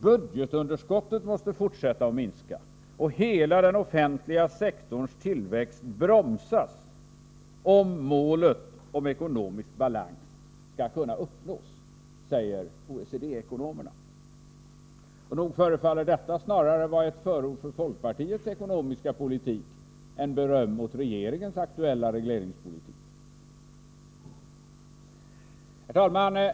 Budgetunderskottet måste fortsätta att minska och hela den offentliga sektorns tillväxt bromsas, om målet om ekonomisk balans skall kunna uppnås, säger OECD-ekonomerna. Nog förefaller detta att vara snarare ett förord för folkpartiets ekonomiska politik än beröm för regeringens aktuella regleringspolitik. Herr talman!